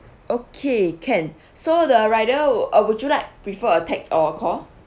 okay can so the rider uh would you like prefer a text or call